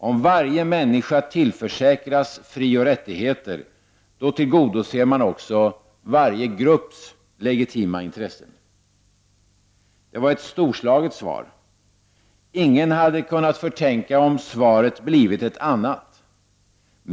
Om varje människa tillförsäkras frioch rättigheter, då tillgodoser man också varje grupps legitima intressen. Det var ett storslaget svar. Ingen hade kunnat förtänka om svaret blivit ett annat.